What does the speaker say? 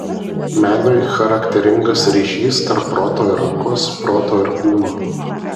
menui charakteringas ryšys tarp proto ir rankos proto ir kūno